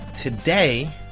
Today